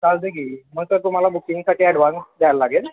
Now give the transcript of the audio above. चालतं आहे की मग तर तुम्हाला बुकिंगसाठी ॲडवान्स द्यायला लागेल